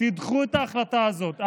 תדחו את ההחלטה הזאת,